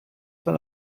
per